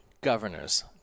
governors